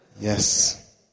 Yes